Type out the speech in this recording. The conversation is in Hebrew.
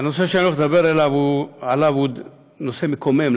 הנושא שאני הולך לדבר עליו הוא נושא מקומם,